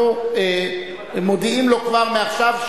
אנחנו מודיעים לו כבר מעכשיו,